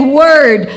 word